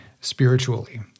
spiritually